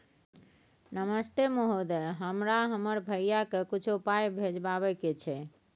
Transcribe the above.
नमस्ते महोदय, हमरा हमर भैया के कुछो पाई भिजवावे के छै?